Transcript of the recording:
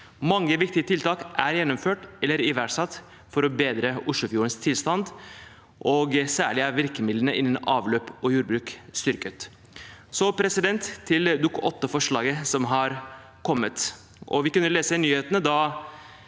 Mange viktige tiltak er gjennomført eller iverksatt for å bedre Oslofjordens tilstand, og særlig er virkemidlene innenfor avløp og jordbruk styrket. Så til Dokument 8-forslaget som er framsatt. Vi kunne lese i nyhetene